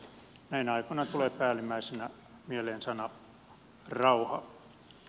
näinä aikoina tulee päällimmäisenä mieleen sana rauha